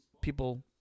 people